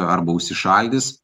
arba užsišaldis